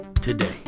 today